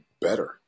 better